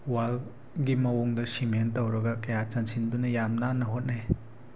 ꯋꯥꯜꯒꯤ ꯃꯑꯣꯡꯗ ꯁꯤꯃꯦꯟ ꯇꯧꯔꯒ ꯀꯌꯥꯠ ꯁꯟꯁꯤꯟꯗꯨꯅ ꯌꯥꯝ ꯅꯥꯟꯅ ꯍꯣꯠꯅꯩ